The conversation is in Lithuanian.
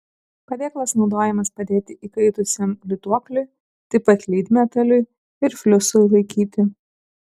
padėklas naudojamas padėti įkaitusiam lituokliui taip pat lydmetaliui ir fliusui laikyti